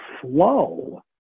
flow